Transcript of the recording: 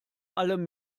allem